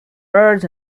birds